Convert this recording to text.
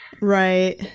Right